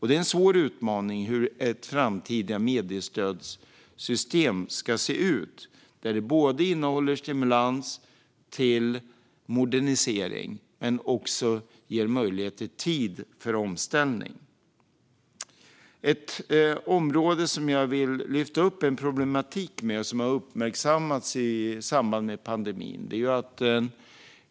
Att bestämma hur ett framtida mediestödssystem ska se ut är en svår utmaning. Det ska både innehålla stimulans till modernisering och ge möjlighet till tid för omställning. Jag vill lyfta upp ett område där en problematik har uppmärksammats i samband med pandemin.